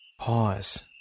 Pause